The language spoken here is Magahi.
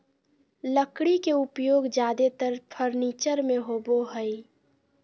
लकड़ी के उपयोग ज्यादेतर फर्नीचर में होबो हइ